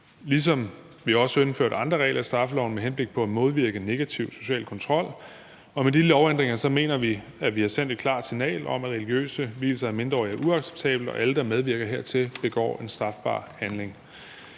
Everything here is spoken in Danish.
ligesom vi også indførte andre regler i straffeloven med henblik på at modvirke negativ social kontrol. Med de lovændringer mener vi at vi har sendt et klart signal om, at religiøse vielser af mindreårige er uacceptabelt, og at alle, der medvirker hertil, begår en strafbar handling.